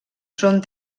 són